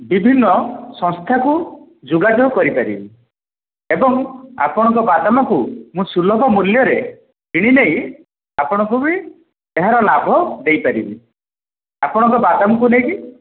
ବିଭିନ୍ନ ସଂସ୍ଥାକୁ ଯୋଗାଯୋଗ କରିପାରିବି ଏବଂ ଆପଣଙ୍କ ବାଦାମକୁ ମୁଁ ସୁଲଭ ମୂଲ୍ୟରେ କିଣିନେଇ ଆପଣଙ୍କୁ ବି ଏହାର ଲାଭ ଦେଇପାରିବି ଆପଣଙ୍କ ବାଦାମକୁ ନେଇକି